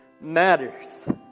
matters